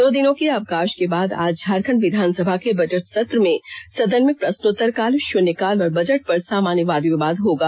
दो दिनों के अवकाष के बाद आज झारखंड विधानसभा के बजट सत्र में सदन में प्रष्नोत्तर काल शून्य काल और बजट पर सामान्य वाद विवाद होगा